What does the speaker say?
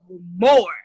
more